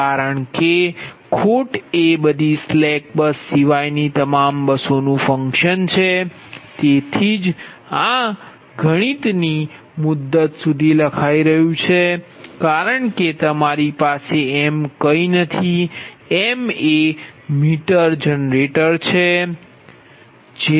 કારણ કે ખોટ એ બધી સ્લેક બસ સિવાયની તમામ બસો નું ફક્શન છે તેથી જ આ ગણિતની મુદત સુધી લખાઈ રહ્યું છે કારણ કે તમારી પાસે m કંઈ નથી m એ મીટર જનરેટર છે